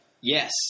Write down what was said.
Yes